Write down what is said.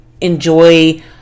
enjoy